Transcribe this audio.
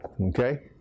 Okay